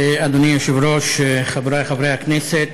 אדוני היושב-ראש, חברי חברי הכנסת,